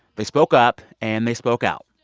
they spoke up, and they spoke out.